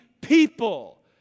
people